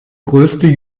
größte